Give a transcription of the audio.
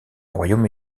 royaume